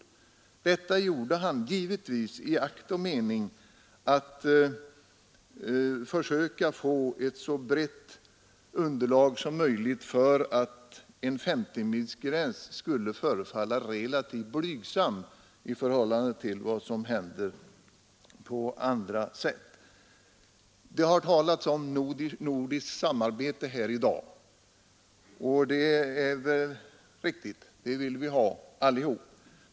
Detta gjorde han givetvis i akt och mening att försöka få ett så brett underlag som möjligt för en S0-milsgräns, som på det sättet skulle förefalla relativt blygsam i förhållande till den han talat om. Det har talats om nordiskt samarbete här i dag. Det är väl riktigt att ha sådant samarbete, det vill vi ha allihop.